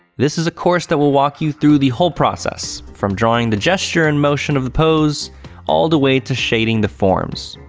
this is a course that will walk you through the whole process from drawing the gesture and motion of the pose all the way to shading the forms.